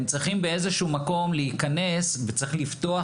הם צריכים באיזשהו מקום להיכנס וצריך לפתוח